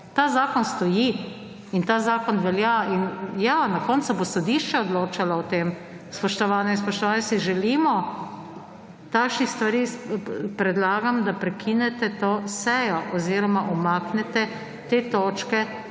Ta zakon stoji in ta zakon velja in ja, na koncu bo sodišče odločalo o tem, spoštovane in spoštovani. Si želimo takšnih stvari… Predlagam, da prekinete to sejo oziroma umaknete te točke